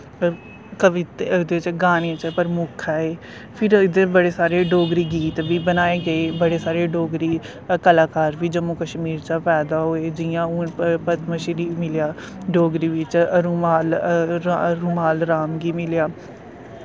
ओह्दे च गाने च प्रमुख ऐ एह् फिर एह्दे बड़े सारे डोगरी गीत बी बनाए गे बड़े सारे डोगरी कलाकार बी जम्मू कश्मीर चा पैदा होए जियां हून पदमश्री मिलेआ डोगरी बिच्च रूमाल राम गी मिलेआ